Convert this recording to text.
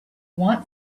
want